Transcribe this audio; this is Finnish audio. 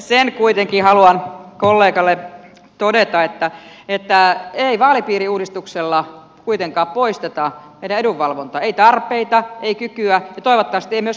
sen kuitenkin haluan kollegalle todeta että ei vaalipiiriuudistuksella kuitenkaan poisteta meidän edunvalvontaa ei tarpeita ei kykyä ja toivottavasti ei myöskään halua